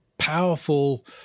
powerful